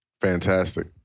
Fantastic